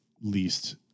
least